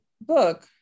book